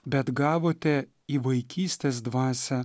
bet gavote į vaikystės dvasią